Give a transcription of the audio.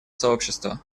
сообщества